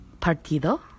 Partido